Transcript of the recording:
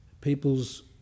People's